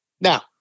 Now